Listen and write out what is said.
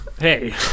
hey